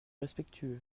respectueux